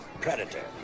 predator